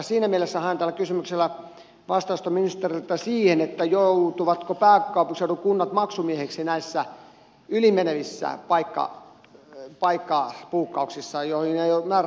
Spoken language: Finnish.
siinä mielessä haen tällä kysymyksellä vastausta ministeriltä siihen joutuvatko pääkaupunkiseudun kunnat maksumiehiksi näissä ylimenevissä paikkabuukkauksissa joihin ei ole määrärahaa osoitettu